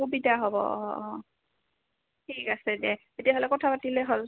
সুবিধা হ'ব অঁ অঁ ঠিক আছে দে তেতিয়াহ'লে কথা পাতিলে হ'ল